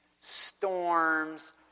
storms